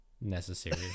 Necessary